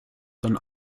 dann